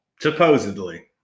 Supposedly